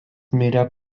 mirė